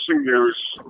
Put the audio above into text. news